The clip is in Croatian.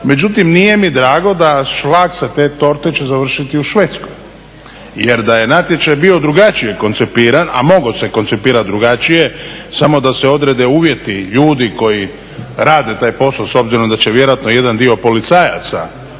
međutim nije mi drago da šlag sa te torte će završiti u Švedskoj. Jer da je natječaj bio drugačije koncipiran, a mogao se koncipirati drugačije samo da se odrede uvjeti i ljudi koji rade taj posao s obzirom da će vjerojatno jedan dio policajaca